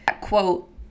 quote